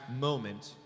moment